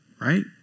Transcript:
Right